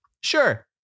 Sure